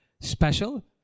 special